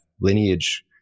lineage